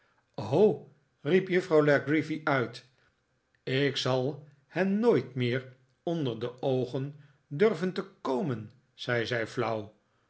riep juffrouw la creevy uit ik zal hen nooit meer onder de oogen durven te komen zei zij flauw